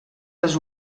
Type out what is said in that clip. les